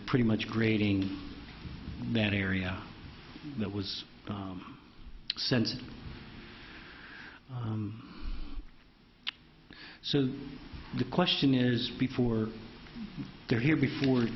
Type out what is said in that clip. pretty much grading man area that was sent so the question is before they're here before